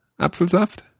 Apfelsaft